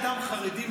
אדם חרדי,